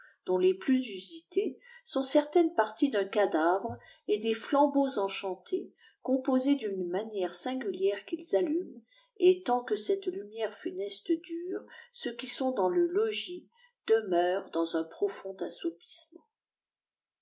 dent les plus usités soût cerlatïiès pftrlie dftin cadavre et des flambeaux enchantés composés dupe mënîère singulière qu'ils allument et tant que cette lulàièffé fttfiéste dure ûeux qui sent dans le logis demeurat dans uh profond assoupissement